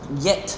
yet